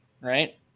Right